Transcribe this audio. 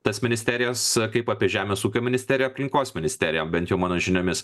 tas ministerijas kaip apie žemės ūkio ministeriją aplinkos ministeriją bent jau mano žiniomis